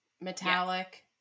metallic